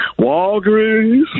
Walgreens